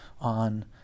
on